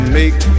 make